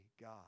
God